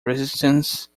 resistance